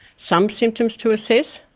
some symptoms to assess.